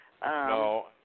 No